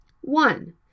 One